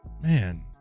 man